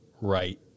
right